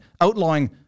outlawing